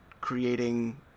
creating